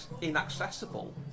inaccessible